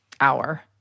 hour